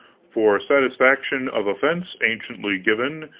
for satisfgction of offence anciently given,